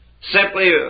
simply